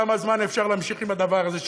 וכמה זמן אפשר להמשיך עם הדבר הזה,